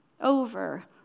over